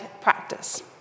practice